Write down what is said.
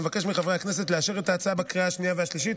אני מבקש מחברי הכנסת לאשר את ההצעה בקריאה השנייה והשלישית,